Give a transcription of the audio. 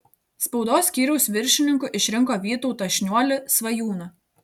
spaudos skyriaus viršininku išrinko vytautą šniuolį svajūną